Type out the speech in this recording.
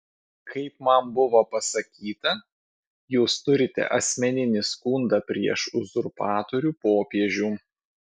kaip man buvo pasakyta jūs turite asmeninį skundą prieš uzurpatorių popiežių